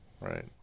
Right